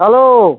hello